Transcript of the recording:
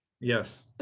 Yes